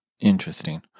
Interesting